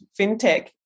fintech